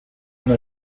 una